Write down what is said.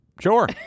sure